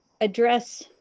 address